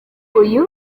uyu